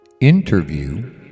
Interview